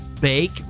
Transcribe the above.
bake